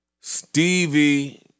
Stevie